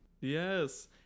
Yes